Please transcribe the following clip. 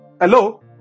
Hello